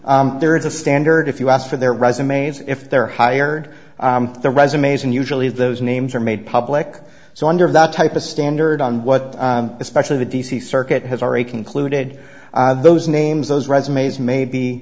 there is a standard if you ask for their resumes if they're hired their resumes and usually those names are made public so under that type a standard on what especially the d c circuit has already concluded those names those resumes may be